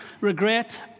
regret